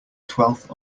twelfth